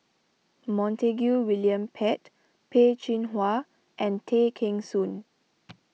Montague William Pett Peh Chin Hua and Tay Kheng Soon